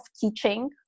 teaching